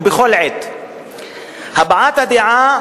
ובכלל בשנים האחרונות,